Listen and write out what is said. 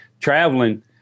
traveling